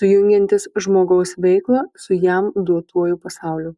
sujungiantis žmogaus veiklą su jam duotuoju pasauliu